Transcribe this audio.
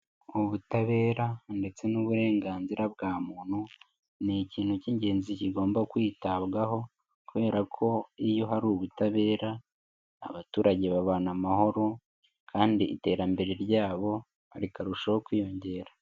Ubutabera ndetse n'uburenganzira bwa muntu, ni ikintu cy'ingenzi kigomba kwitabwaho kubera ko iyo hari ubutabera, abaturage babana amahoro kandi iterambere ryabo, rikarushaho kwiyongera.